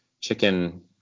chicken